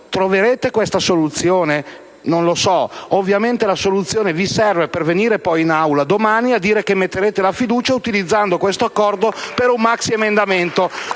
troverete questa soluzione? Non lo so. Ovviamente la soluzione vi serve per venire in Aula domani a dire che metterete la fiducia su un maxiemendamento